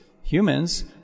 humans